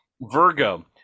virgo